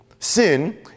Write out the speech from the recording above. sin